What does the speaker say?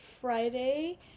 Friday